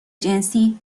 جنسی